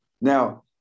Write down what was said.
Now